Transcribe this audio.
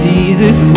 Jesus